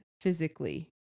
physically